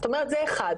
זאת אומרת זה אחד.